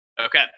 Okay